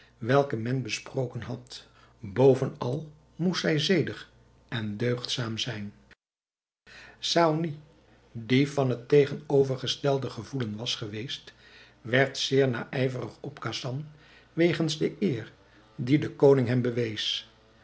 welke men besproken had bovenal moest zij zedig en deugdzaam zijn saony die van het tegenovergestelde gevoelen was geweest werd zeer naijverig op khasan wegens de eer die de koning hem